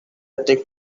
trick